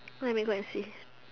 let me go and see